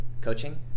coaching